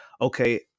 okay